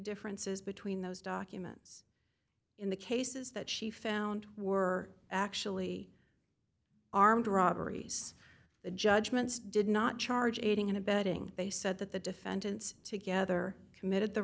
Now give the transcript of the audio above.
differences between those documents in the cases that she found were actually armed robberies the judgments did not charge aiding and abetting they said that the defendants together committed the